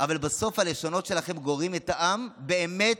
אבל בסוף הלשונות שלכם גוררים את העם באמת